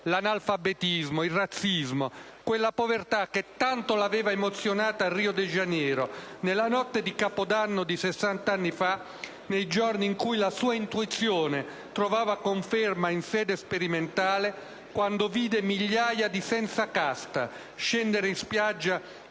l'analfabetismo, il razzismo, quella povertà che tanto l'aveva emozionata a Rio de Janeiro, la notte di Capodanno di sessant'anni fa, nei giorni in cui la sua intuizione trovava conferma in sede sperimentale, quando vide migliaia di "senza casta" scendere in spiaggia